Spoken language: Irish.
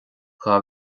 dhá